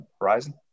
horizon